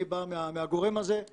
אני בא מהגורם הזה,